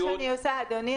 זה מה שאני עושה, אדוני.